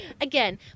Again